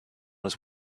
his